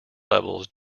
levels